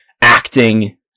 acting